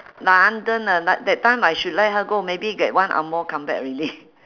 london ah like that time I should let her go maybe get one angmoh come back already